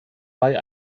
bei